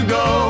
go